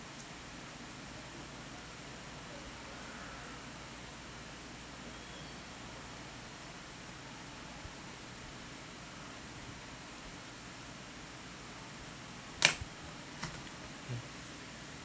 mm